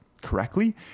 correctly